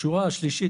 השורה השלישית